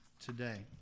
today